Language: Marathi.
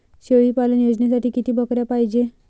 शेळी पालन योजनेसाठी किती बकऱ्या पायजे?